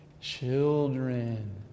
children